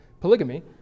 polygamy